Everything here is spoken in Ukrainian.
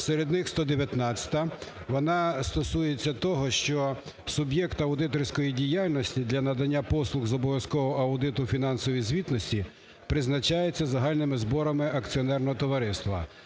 серед них 119-а. Вона стосується того, що суб'єкт аудиторської діяльності для надання послуг з обов'язкового аудиту фінансової звітності, призначається загальними зборами акціонерного товариства,